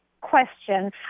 question